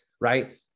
right